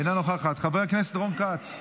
אינה נוכחת, חבר הכנסת רון כץ,